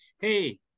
Hey